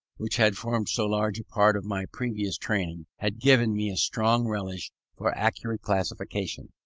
which had formed so large a part of my previous training, had given me a strong relish for accurate classification.